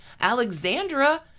Alexandra